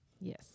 Yes